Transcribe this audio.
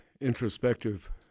introspective